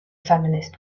feminist